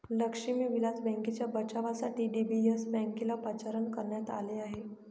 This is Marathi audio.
लक्ष्मी विलास बँकेच्या बचावासाठी डी.बी.एस बँकेला पाचारण करण्यात आले आहे